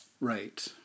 right